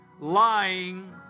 lying